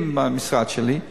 עם המשרד שלי,